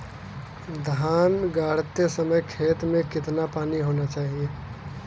धान गाड़ते समय खेत में कितना पानी होना चाहिए?